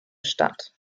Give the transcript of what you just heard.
statt